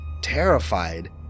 terrified